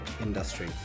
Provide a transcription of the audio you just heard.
industry